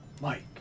Mike